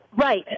Right